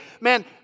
man